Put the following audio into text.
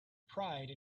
pride